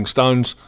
Stones